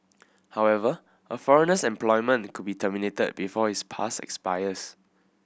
however a foreigner's employment could be terminated before his pass expires